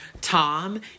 Tom